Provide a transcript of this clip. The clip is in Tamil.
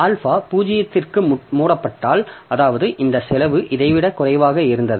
ஆல்பா பூஜ்ஜியத்திற்கு மூடப்பட்டால் அதாவது இந்த செலவு இதைவிட குறைவாக இருந்தது